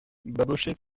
babochet